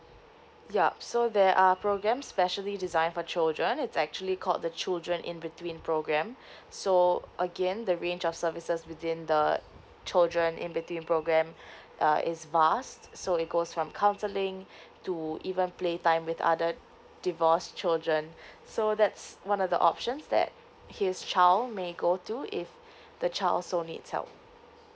yup so there are programmes specially designed for children it's actually called the children in between programme so again the range of services within the children in between programme uh is vast so it goes from counselling to even play time with other divorced children so that's one of the options that his child may go to if the child also needs help